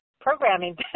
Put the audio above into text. programming